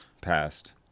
passed